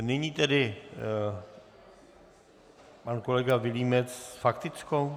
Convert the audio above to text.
Nyní tedy pan kolega Vilímec s faktickou.